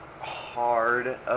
hard